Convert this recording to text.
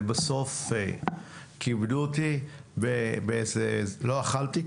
ובסוף כיבדו אותי באיזה לא אכלתי,